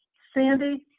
sandy,